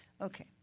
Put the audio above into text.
okay